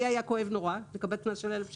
לי היה כואב נורא לקבל קנס של 1,000 שקלים.